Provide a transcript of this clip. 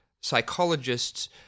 psychologists